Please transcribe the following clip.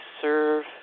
serve